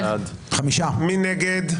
מי נגד?